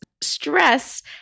stress